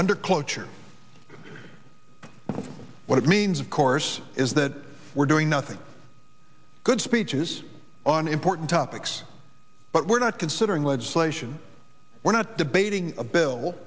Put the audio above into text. under cloture what it means of course is that we're doing nothing good speeches on important topics but we're not considering legislation we're not debating a bill